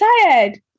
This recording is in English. tired